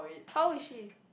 how old is she